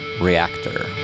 Reactor